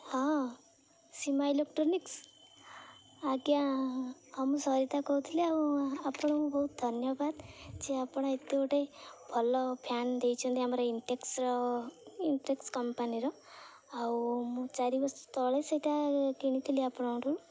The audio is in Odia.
ହଁ ସୀମା ଇଲୋକ୍ଟ୍ରୋନିକ୍ସ୍ ଆଜ୍ଞା ହଁ ମୁଁ ସରିତା କହୁଥିଲି ଆଉ ଆପଣଙ୍କୁ ବହୁତ ଧନ୍ୟବାଦ ଯେ ଆପଣ ଏତେ ଗୋଟେ ଭଲ ଫ୍ୟାନ୍ ଦେଇଛନ୍ତି ଆମର ଇନ୍ଟେକ୍ସର ଇନ୍ଟେକ୍ସ କମ୍ପାନୀର ଆଉ ମୁଁ ଚାରି ବର୍ଷ ତଳେ ସେଇଟା କିଣିଥିଲି ଆପଣଙ୍କଠୁ